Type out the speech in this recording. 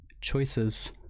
choices